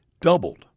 doubled